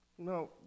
no